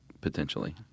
potentially